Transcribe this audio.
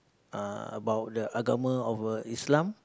uh about the agama of uh islam